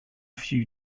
few